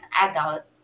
adult